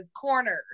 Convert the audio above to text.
corner